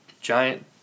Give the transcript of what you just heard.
giant